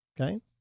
Okay